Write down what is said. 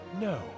No